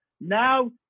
Now